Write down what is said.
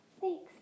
Thanks